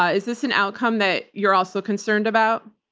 ah is this an outcome that you're also concerned about?